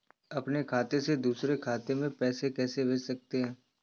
अपने खाते से दूसरे खाते में पैसे कैसे भेज सकते हैं?